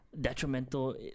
detrimental